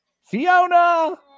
Fiona